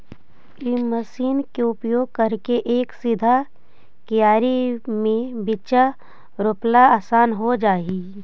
इ मशीन के उपयोग करके एक सीधा कियारी में बीचा रोपला असान हो जा हई